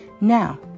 Now